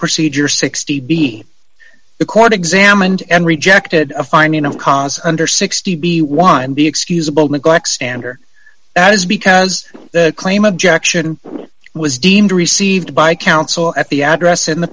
procedure sixty b the court examined and rejected a finding of cause under sixty be wined be excusable neglect stander that is because the claim objection was deemed received by counsel at the address in the